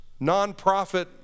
nonprofit